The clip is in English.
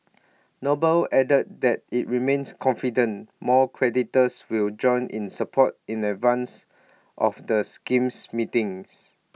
noble added that IT remains confident more creditors will join in support in advance of the scheme meetings